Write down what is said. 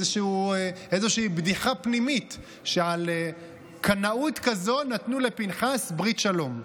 איזושהי בדיחה פנימית שעל קנאות כזו נתנו לפינחס ברית שלום.